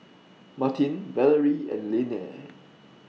Martine Valerie and Linnea